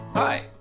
Hi